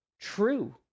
true